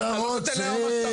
אתה מקבל פה כל מה שאתה רוצה.